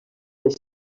les